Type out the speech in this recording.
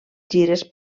gires